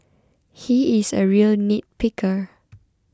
he is a real nitpicker